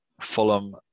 Fulham